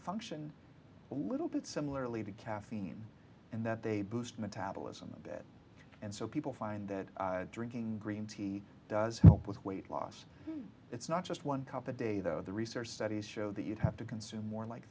function a little bit similarly to caffeine in that they boost metabolism a bit and so people find that drinking green tea does help with weight loss it's not just one cup of day though the research studies show that you'd have to consume more like